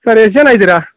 sir ಎಷ್ಟು ಜನ ಇದ್ದೀರಾ